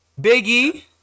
Biggie